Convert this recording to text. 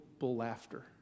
laughter